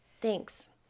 thanks